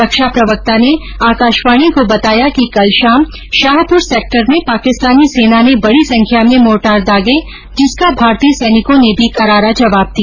रक्षा प्रवक्ता ने आकाशवाणी को बताया कि कल शाम शाहपुर सेक्टर में पाकिस्तानी सेना ने बड़ी संख्या में मोर्टार दागे जिसका भारतीय सैनिकों ने भी करारा जवाब दिया